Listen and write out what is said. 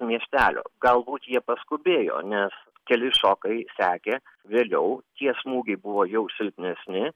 miestelio galbūt jie paskubėjo nes keli šokai sekė vėliau tie smūgiai buvo jau silpnesni